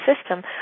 system